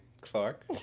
Clark